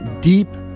deep